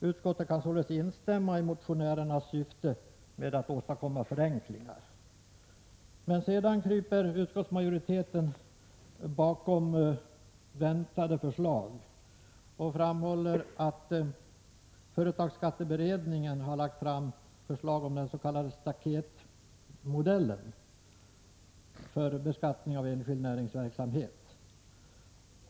Utskottet kan således instämma i motionä rernas syfte med att åstadkomma förenklingar.” Men sedan kryper majoriteten bakom väntade förslag och framhåller att företagsskatteberedningen har lagt fram förslag om den s.k. staketmodellen för beskattningen av enskild näringsverksamhet.